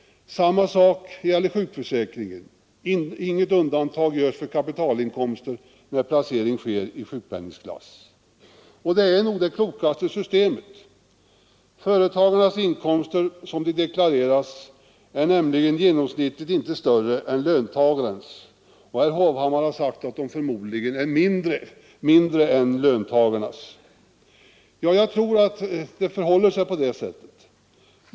Samma sak gäller i fråga om sjukförsäkringen. Inget undantag görs för kapitalinkomster när placering sker i sjukpenningklass. Och det är nog det klokaste systemet. Företagarnas inkomster, när de deklareras, är nämligen genomsnittligt inte större än löntagarnas, och herr Hovhammar har sagt att de förmodligen är mindre än löntagarnas. Jag tror att det förhåller sig på det sättet.